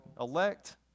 Elect